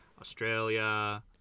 Australia